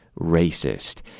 racist